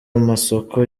amasoko